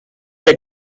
der